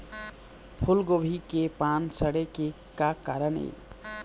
फूलगोभी के पान सड़े के का कारण ये?